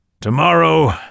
Tomorrow